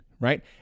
Right